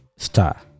star